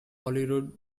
holyrood